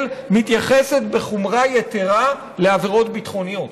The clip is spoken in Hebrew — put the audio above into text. מתייחסת בחומרה יתרה לעבירות ביטחוניות.